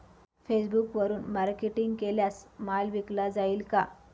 फेसबुकवरुन मार्केटिंग केल्यास माल विकला जाईल का?